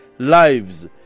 Lives